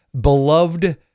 beloved